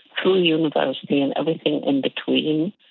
through university and everything in between.